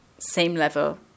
same-level